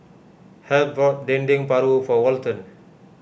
Heath bought Dendeng Paru for Walton